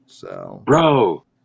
Bro